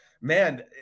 man